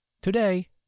Today